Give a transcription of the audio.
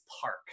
park